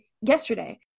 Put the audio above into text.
yesterday